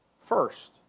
first